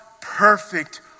perfect